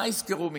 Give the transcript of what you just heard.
מה יזכרו מכם?